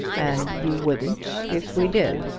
and you wouldn't if we did.